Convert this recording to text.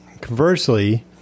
Conversely